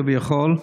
כביכול,